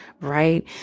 right